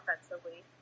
offensively